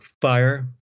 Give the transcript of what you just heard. fire